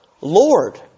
Lord